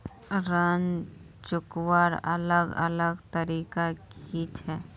ऋण चुकवार अलग अलग तरीका कि छे?